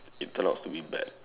it turned out to be bad